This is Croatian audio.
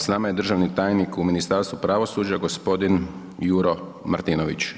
S nama je državni tajnik u Ministarstvu pravosuđa, gospodin Juro Martinović.